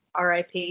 RIP